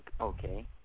okay